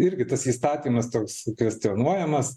irgi tas įstatymas toks kvestionuojamas